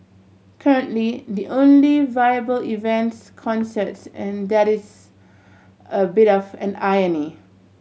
currently the only viable events concerts and that is a bit of an irony